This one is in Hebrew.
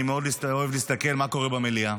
אני מאוד אוהב להסתכל על מה שקורה במליאה.